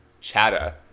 chatter